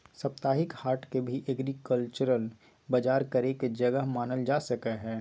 साप्ताहिक हाट के भी एग्रीकल्चरल बजार करे के जगह मानल जा सका हई